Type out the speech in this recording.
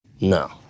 No